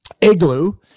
Igloo